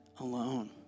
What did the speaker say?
alone